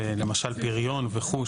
למשל פריון וכו',